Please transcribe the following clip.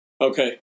Okay